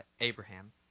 Abraham